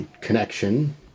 connection